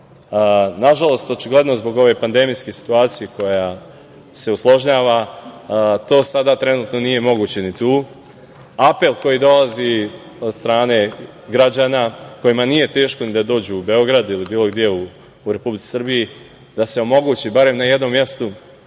Nažalost, zbog ove pandemijske situacije koja se usložnjava, to sada trenutno nije moguće ni tu. Apel koji dolazi od strane građana, kojima nije teško da dođu u Beograd ili bilo gde u Republici Srbiji, da se omogući barem na jednom mestu